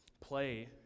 Play